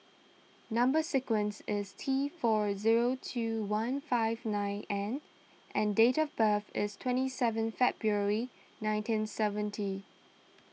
Number Sequence is T four eight zero two one five nine N and date of birth is twenty seven February nineteen thirty seven